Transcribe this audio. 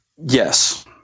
Yes